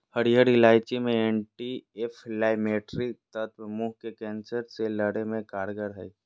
हरीयर इलायची मे एंटी एंफलामेट्री तत्व मुंह के कैंसर से लड़े मे कारगर हई